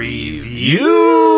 Review